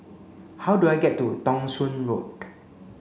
how do I get to Thong Soon Road